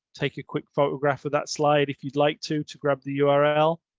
take a quick photograph of that slide. if you'd like to, to grab the yeah url.